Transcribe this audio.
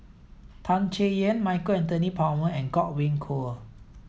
Tan Chay Yan Michael Anthony Palmer and Godwin Koay